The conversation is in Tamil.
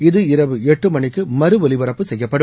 இது இரவு எட்டு மணிக்கு மறு ஒலிபரப்பு செய்யப்படும்